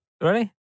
Ready